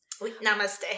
namaste